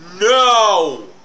No